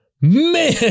man